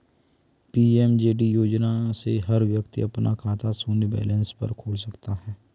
PMJD योजना से हर व्यक्ति अपना खाता शून्य बैलेंस पर खोल सकता है